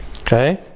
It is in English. Okay